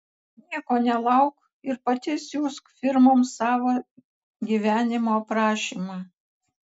nieko nelauk ir pati siųsk firmoms savo gyvenimo aprašymą